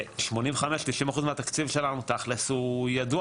ו-85-90 אחוזים מהתקציב שלנו תכלס ידוע